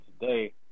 today